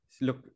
look